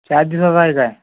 चार दिवस राहायचं आहे